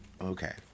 Okay